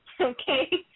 okay